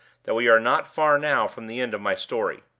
that we are not far now from the end of my story.